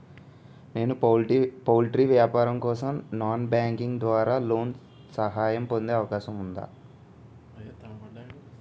నేను పౌల్ట్రీ వ్యాపారం కోసం నాన్ బ్యాంకింగ్ ద్వారా లోన్ సహాయం పొందే అవకాశం ఉందా?